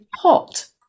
hot